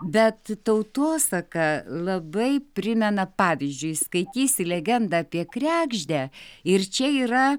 bet tautosaka labai primena pavyzdžiui skaitysi legendą apie kregždę ir čia yra